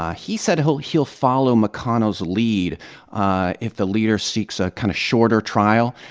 ah he said he'll he'll follow mcconnell's lead if the leader seeks a kind of shorter trial.